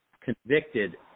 convicted